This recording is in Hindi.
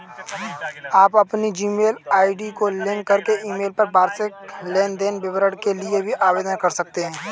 आप अपनी जीमेल आई.डी को लिंक करके ईमेल पर वार्षिक लेन देन विवरण के लिए भी आवेदन कर सकते हैं